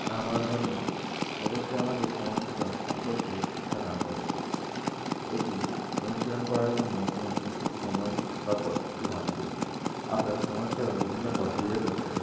আমার ধর্ম অবশ্যই আমাকে সমাজসেবা সম্পর্কে শিক্ষা দান করে এটি অনুশীলন করার জন্য কোনো নির্দিষ্ট সময় বা পদ্ধতি হয় না আমরা সমাজ সেবা বিভিন্ন পদ্ধতিতে করতে পারি